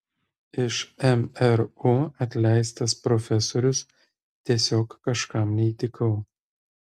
iš mru atleistas profesorius tiesiog kažkam neįtikau